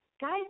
guys